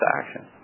action